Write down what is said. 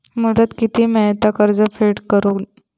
मुदत किती मेळता कर्ज फेड करून?